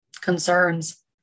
concerns